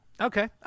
okay